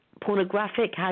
pornographic